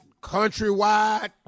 countrywide